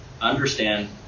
understand